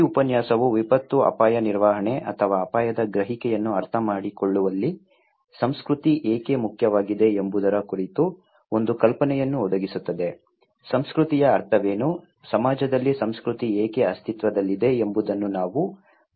ಈ ಉಪನ್ಯಾಸವು ವಿಪತ್ತು ಅಪಾಯ ನಿರ್ವಹಣೆ ಅಥವಾ ಅಪಾಯದ ಗ್ರಹಿಕೆಯನ್ನು ಅರ್ಥಮಾಡಿಕೊಳ್ಳುವಲ್ಲಿ ಸಂಸ್ಕೃತಿ ಏಕೆ ಮುಖ್ಯವಾಗಿದೆ ಎಂಬುದರ ಕುರಿತು ಒಂದು ಕಲ್ಪನೆಯನ್ನು ಒದಗಿಸುತ್ತದೆ ಸಂಸ್ಕೃತಿಯ ಅರ್ಥವೇನು ಸಮಾಜದಲ್ಲಿ ಸಂಸ್ಕೃತಿ ಏಕೆ ಅಸ್ತಿತ್ವದಲ್ಲಿದೆ ಎಂಬುದನ್ನು ನಾವು ಪರಿಶೀಲಿಸುತ್ತೇವೆ